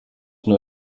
nur